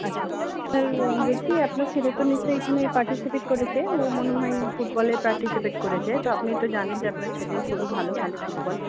আচ্ছা স্যার বলছি আপনার ছেলে তো নিশ্চয়ই এখানে পার্টিসিপেট করেছে ও মনে হয় ফুটবলে পার্টিসিপেট করেছে তো আপনি তো জানেন যে আপনার ছেলে খুবই ভালো খেলে ফুটবল